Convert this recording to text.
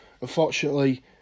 unfortunately